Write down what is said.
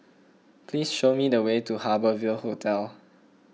please show me the way to Harbour Ville Hotel